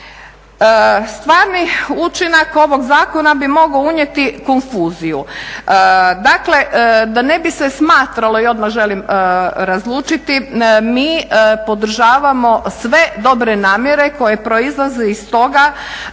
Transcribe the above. Stvarni učinak ovog zakona bi mogao unijeti konfuziju. Dakle, da ne bi se smatralo, i odmah želim razlučiti mi podržavamo sve dobre namjere koje proizlaze iz toga